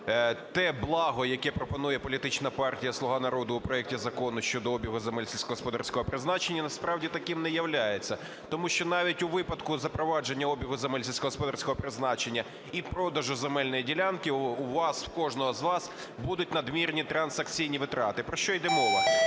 те благо, яке пропонує Політична партія "Слуга народу" у проекті Закону щодо обігу земель сільськогосподарського призначення, насправді таким не являється, тому що навіть у випадку запровадження обігу земель сільськогосподарського призначення і продажу земельної ділянки у вас, в кожного з вас будуть надмірні транзакційні витрати. Про що іде мова?